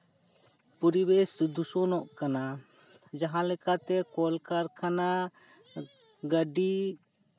ᱯᱚᱨᱤᱵᱮᱥ ᱫᱩᱥᱚᱱᱚᱜ ᱠᱟᱱᱟ ᱡᱟᱦᱟᱸᱞᱮᱠᱟᱛᱮ ᱠᱚᱞᱠᱟᱨᱠᱷᱟᱱᱟ ᱜᱟᱹᱰᱤ